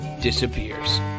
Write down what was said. disappears